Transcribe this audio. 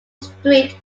street